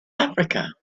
africa